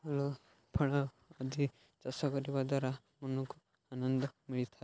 ଫଳ ଫଳ ଆଦି ଚାଷ କରିବା ଦ୍ୱାରା ମନକୁ ଆନନ୍ଦ ମିଳିଥାଏ